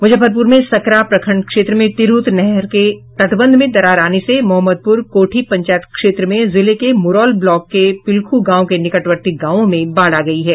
मुजफ्फरपुर में सकरा प्रखंड क्षेत्र में तिरहुत नहर के तटबंध में दरार आने से मोहम्मदपुर कोठी पंचायत क्षेत्र में जिले के मुरौल ब्लॉक के पिलखु गांव के निकटवर्ती गांवों में बाढ़ आ गई है